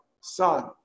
Son